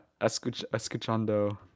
escuchando